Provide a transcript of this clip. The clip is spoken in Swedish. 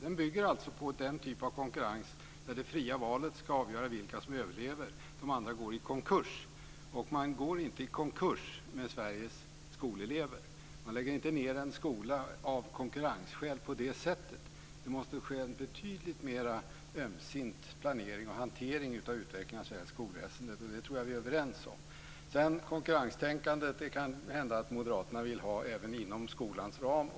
Den bygger alltså på den typ av konkurrens där det fria valet ska avgöra vilka som överlever, de andra går i konkurs. Man går inte i konkurs med Sveriges skolelever. Man lägger inte ned en skola av konkurrensskäl på det sättet. Det måste ske en betydligt mer ömsint planering och hantering av utvecklingen av svenskt skolväsende. Det tror jag att vi är överens om. Konkurrenstänkande kanhända moderaterna vill ha även inom skolans ram.